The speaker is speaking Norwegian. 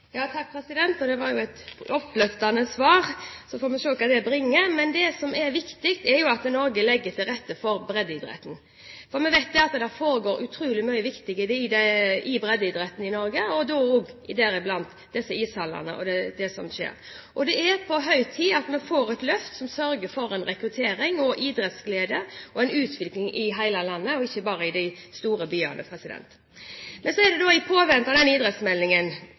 Det var jo et oppløftende svar. Så får vi se hva det bringer. Men det som er viktig, er at Norge legger til rette for breddeidretten. For vi vet at det foregår utrolig mye viktig i breddeidretten i Norge – deriblant i disse ishallene. Det er på høy tid at vi får et løft som sørger for rekruttering, idrettsglede og en utvikling i hele landet, ikke bare i de store byene. Men i påvente av idrettsmeldingen mener i